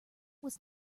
was